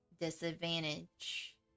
disadvantage